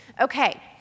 Okay